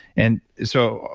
and so,